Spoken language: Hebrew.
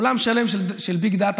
עולם שלם של big data,